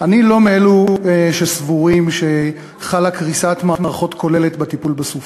אני לא מאלו שסבורים שחלה קריסת מערכות כוללת בטיפול בסופה.